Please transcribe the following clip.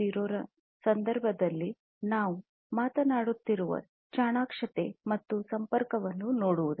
0 ರ ಸಂದರ್ಭದಲ್ಲಿ ನಾವು ಮಾತನಾಡುತ್ತಿರುವ ಚಾಣಾಕ್ಷತೆ ಮತ್ತು ಸಂಪರ್ಕವನ್ನು ನೋಡುವುದು